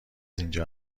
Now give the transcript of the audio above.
اینجا